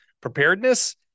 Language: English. preparedness